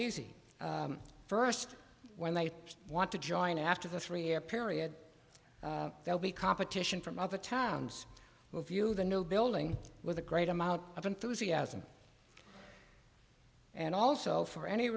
easy first when they want to join after the three year period they'll be competition from other towns who view the new building with a great amount of enthusiasm and also for any